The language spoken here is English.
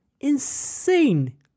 Insane